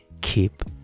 keep